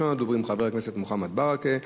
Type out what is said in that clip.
מס' 8595,